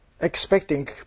expecting